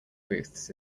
booths